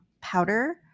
powder